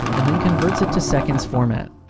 and then converts it to seconds format.